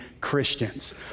Christians